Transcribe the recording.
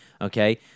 Okay